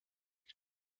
die